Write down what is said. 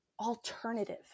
alternative